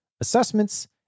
assessments